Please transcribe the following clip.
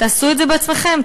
תעשו את זה בעצמכם,